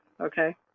okay